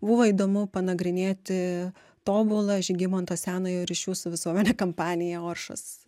buvo įdomu panagrinėti tobulą žygimanto senojo ryšių su visuomene kampaniją oršos